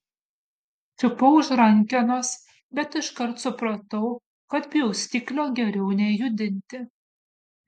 čiupau už rankenos bet iškart supratau kad pjaustiklio geriau nejudinti